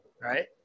right